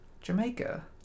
Jamaica